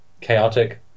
chaotic